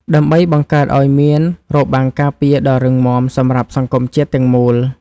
ដើម្បីបង្កើតឱ្យមានរបាំងការពារដ៏រឹងមាំសម្រាប់សង្គមជាតិទាំងមូល។